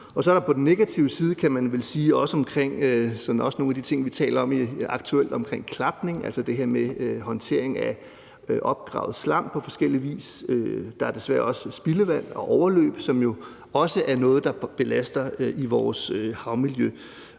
på den negative side, kan man vel sige, også sådan nogle af de ting, vi taler om aktuelt, herunder klapning, altså det her med håndtering af opgravet slam på forskellig vis. Der er desværre også spildevand og overløb, som jo også er noget, der belaster i vores havmiljø.